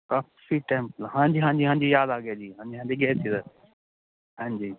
ਕਾਫ਼ੀ ਟਾਈਮ ਪਹਿਲਾਂ ਹਾਂਜੀ ਹਾਂਜੀ ਯਾਦ ਆ ਗਿਆ ਜੀ ਹਾਂਜੀ ਹਾਂਜੀ ਗਏ ਸੀ ਉਦੋਂ ਹਾਂਜੀ